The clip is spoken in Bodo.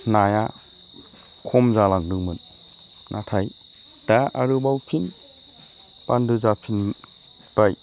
नाया खम जालांदोंमोन नाथाय दा आरोबाव फिन बान्दो जाफिनबाय